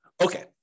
Okay